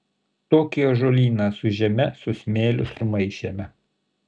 tokį ąžuolyną su žeme su smėliu sumaišėme